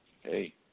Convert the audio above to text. hey